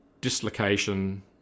dislocation